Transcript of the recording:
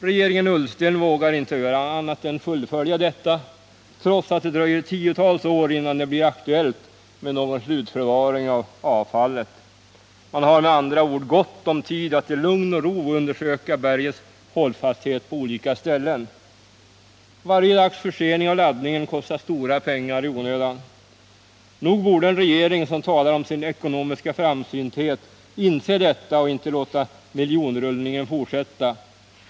Regeringen Ullsten vågar inte göra annat än fullfölja detta, trots att det dröjer tiotals år innan det blir aktuellt med någon slutförvaring av avfallet. Man har med andra ord gott om tid att i lugn och ro undersöka bergets hållfasthet på olika ställen. Varje dags försening av laddningen kostar stora pengar i onödan. Nog borde en regering som talar om sin ekonomiska framsynthet inse detta och inte låta miljonrullningen fortsätta.